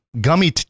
gummy